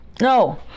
No